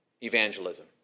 evangelism